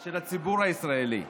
של הציבור הישראלי,